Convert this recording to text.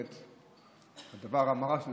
אבל המראה של